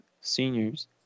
Seniors